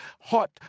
hot